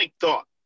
thought